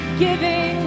giving